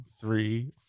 three